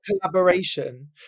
collaboration